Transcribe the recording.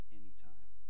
anytime